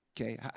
Okay